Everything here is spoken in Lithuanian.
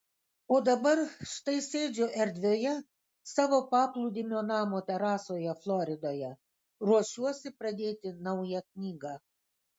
o dabar štai sėdžiu erdvioje savo paplūdimio namo terasoje floridoje ruošiuosi pradėti naują knygą